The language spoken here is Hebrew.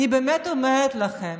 אני באמת אומרת לכם,